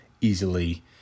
easily